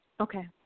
Okay